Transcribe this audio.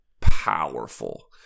powerful